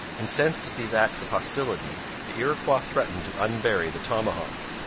incensed at these acts of hostility, the iroquois threatened to unbury the tomahawk.